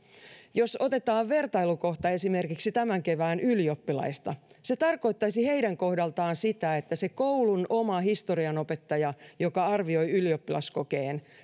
jos otetaan vertailukohta esimerkiksi tämän kevään ylioppilaista niin käytännössä se tarkoittaisi heidän kohdallaan sitä että koulun oman historianopettajan joka arvioi ylioppilaskokeen